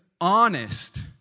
honest